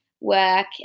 work